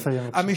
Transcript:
נא לסיים, בבקשה.